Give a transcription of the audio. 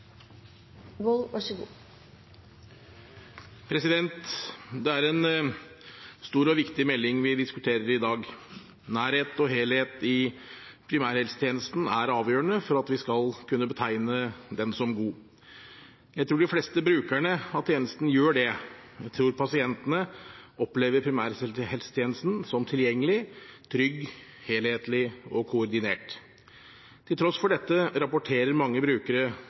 Det er en stor og viktig melding vi diskuterer i dag. Nærhet og helhet i primærhelsetjenesten er avgjørende for at vi skal kunne betegne den som god. Jeg tror de fleste brukerne av tjenesten gjør det; jeg tror pasientene opplever primærhelsetjenesten som tilgjengelig, trygg, helhetlig og koordinert. Til tross for dette rapporterer mange brukere